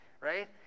Right